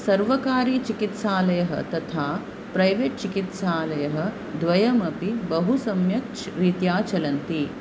सर्वकारीचिकित्सालयः तथा प्रैवेट् चिकित्सालयः द्वयमपि बहु सम्यक् रीत्या चलन्ति